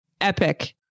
epic